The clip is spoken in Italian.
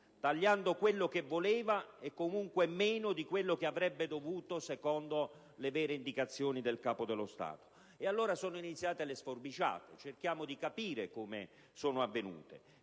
tagliando quello che voleva e, comunque, meno di quello che avrebbe dovuto, secondo le vere indicazioni del Capo dello Stato. Allora, sono iniziate le sforbiciate. Cerchiamo di capire come sono avvenute.